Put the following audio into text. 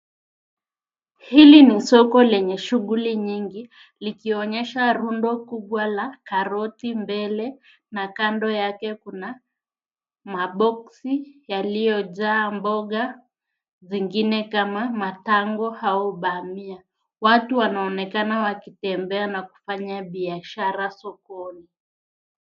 Hili ni soko lenye shughuli nyingi likionyesha rundo kubwa la karoti mbele na kando yake kuna maboksi yaliyojaa mboga zingine kama matango au bahamia. Watu wanaonekana wakitembea na kufanya biashara sokoni.